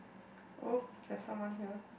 oh there's someone here